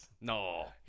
No